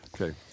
Okay